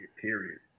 Period